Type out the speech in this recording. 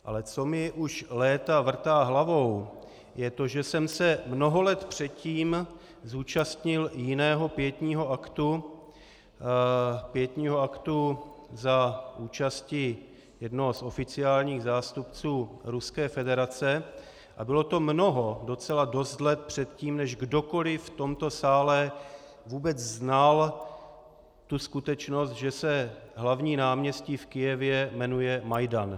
Ale co mi už léta vrtá hlavou, je to, že jsem se mnoho let předtím zúčastnil jiného pietního aktu, pietního aktu za účasti jednoho z oficiálních zástupců Ruské federace, a bylo to mnoho, docela dost let předtím, než kdokoliv v tomto sále vůbec znal tu skutečnost, že se hlavní náměstí v Kyjevě jmenuje Majdan.